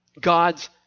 God's